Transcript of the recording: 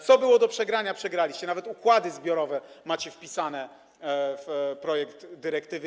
Co było do przegrania, przegraliście, nawet układy zbiorowe macie wpisane w projekt dyrektywy.